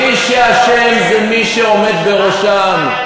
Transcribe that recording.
מי שאשם זה מי שעומד בראשם.